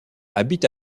habite